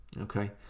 Okay